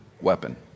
weapon